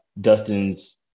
Dustin's